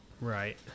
right